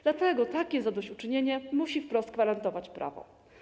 Dlatego takie zadośćuczynienie musi wprost gwarantować prawo.